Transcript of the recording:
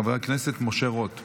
חבר הכנסת משה רוט,